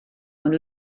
ond